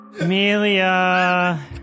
Amelia